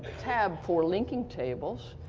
tab for linking tables,